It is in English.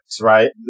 right